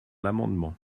l’amendement